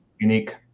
unique